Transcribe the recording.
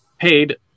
paid